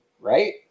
right